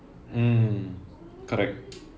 mm correct